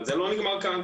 אבל זה לא נגמר כאן.